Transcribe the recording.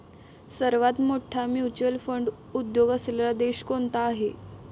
सर्वात मोठा mutual fund उद्योग असलेला देश कोणता आहे?